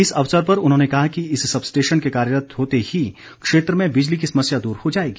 इस अवसर पर उन्होंने कहा कि इस सब स्टेशन के कार्यरत होते ही क्षेत्र में बिजली की समस्या दूर हो जाएगी